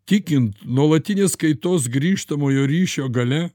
tikint nuolatinės kaitos grįžtamojo ryšio galia